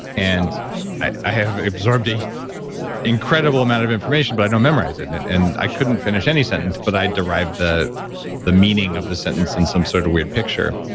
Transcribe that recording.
and i i have absorbed an incredible amount of information, but i don't memorize it and and and i couldn't finish any sentence, but i derived the the meaning of the sentence in some sort of weird picture.